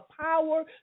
power